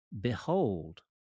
Behold